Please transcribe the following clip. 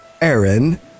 Aaron